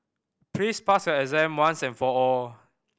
please pass your exam once and for all